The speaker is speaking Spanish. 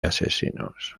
asesinos